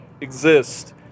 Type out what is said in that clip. exist